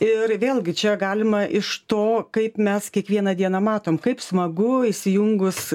ir vėlgi čia galima iš to kaip mes kiekvieną dieną matom kaip smagu įsijungus